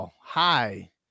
hi